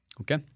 Okay